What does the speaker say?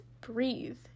breathe